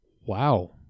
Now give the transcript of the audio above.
Wow